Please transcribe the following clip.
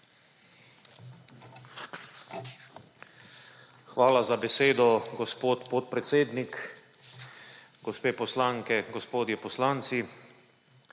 Hvala za besedo, gospod podpredsednik. Gospe poslanke, gospodje poslanci!